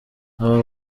abo